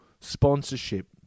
sponsorship